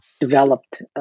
developed